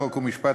חוק ומשפט,